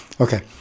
Okay